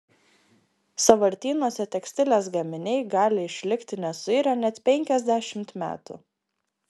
sąvartynuose tekstilės gaminiai gali išlikti nesuirę net penkiasdešimt metų